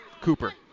Cooper